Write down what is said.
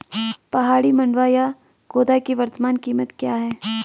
पहाड़ी मंडुवा या खोदा की वर्तमान कीमत क्या है?